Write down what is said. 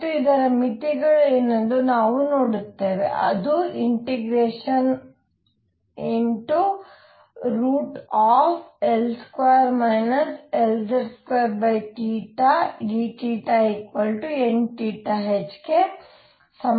ಮತ್ತು ಇದರ ಮಿತಿಗಳು ಏನೆಂದು ನಾವು ನೋಡುತ್ತೇವೆ ಅದು ∫L2 Lz2 dθnh ಸಮಾನವಾಗಿರುತ್ತದೆ